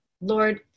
Lord